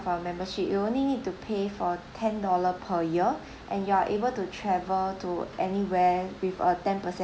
our membership you only need to pay for ten dollar per year and you are able to travel to anywhere with a ten percent